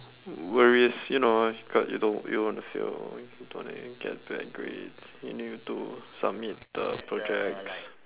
w~ worries you know you got you don't you don't want to fail you don't wanna get bad grades you need to submit the projects